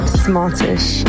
smartish